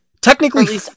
Technically